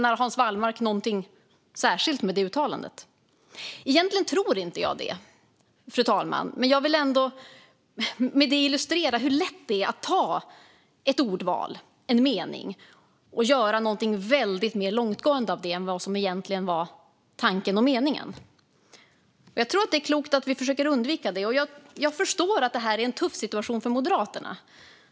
Menar Hans Wallmark någonting särskilt med det uttalandet? Egentligen tror inte jag det, fru talman, men jag vill ändå med detta illustrera hur lätt det är att ta ett ord eller en mening och göra någonting väldigt mycket mer långtgående av det än vad som egentligen var tanken och meningen. Jag tror att det är klokt att vi försöker undvika det. Jag förstår att det här är en tuff situation för Moderaterna.